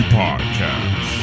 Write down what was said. podcast